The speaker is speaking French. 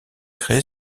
créée